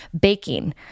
baking